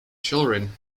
children